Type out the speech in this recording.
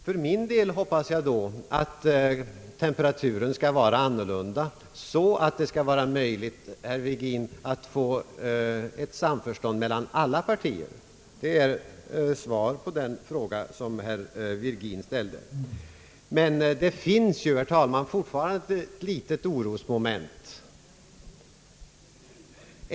För min del hoppas jag att temperaturen nu skall bli annorlunda så att det skall bli möjligt, herr Virgin, att få ett samarbete mellan alla partier. Det är mitt svar på den fråga som herr Virgin ställde. Det finns, herr talman, fortfarande ett litet orosmoment.